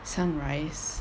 sunrise